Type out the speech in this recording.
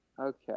Okay